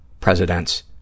presidents